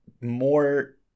more